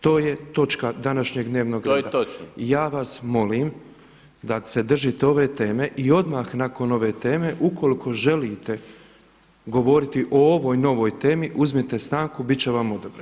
To je točka današnjeg dnevnog reda [[Upadica Mrsić: To je točno.]] Ja vas molim da se držite ove teme i odmah nakon ove teme ukoliko želite govoriti o ovoj novoj temi uzmite stanku, bit će vam odobrena.